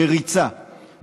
בריצה,